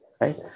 Right